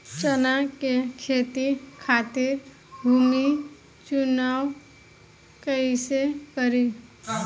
चना के खेती खातिर भूमी चुनाव कईसे करी?